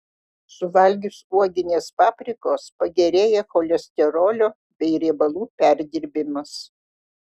suvalgius uoginės paprikos pagerėja cholesterolio bei riebalų perdirbimas